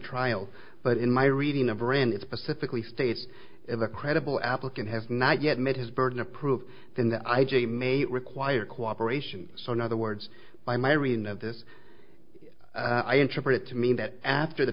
trial but in my reading of rand it specifically states if a credible applicant has not yet met his burden of proof then the i g may require cooperation so another words by my reading of this i interpret it to mean that after the